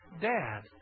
dad